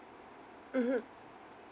mmhmm